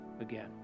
again